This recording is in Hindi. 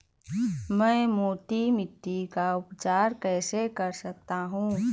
मैं मोटी मिट्टी का उपचार कैसे कर सकता हूँ?